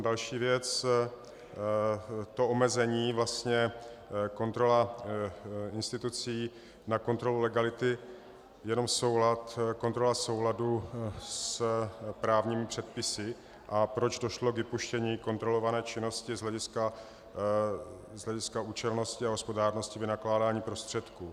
Další věc, to omezení, vlastně kontrola institucí na kontrolu legality, jenom soulad, kontrola souladu s právními předpisy, a proč došlo k vypuštění kontrolované činnosti z hlediska účelnosti a hospodárnosti vynakládání prostředků.